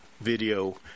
video